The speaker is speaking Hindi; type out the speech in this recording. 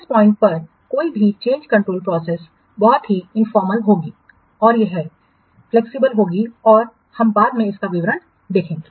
इस पॉइंट पर कोई भी चेंज कंट्रोल प्रोसेसबहुत ही इनफॉर्मल होगी और यह फ्लैक्सिबल होगी और हम बाद में इसका विवरण देखेंगे